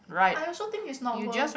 I also think it's not worth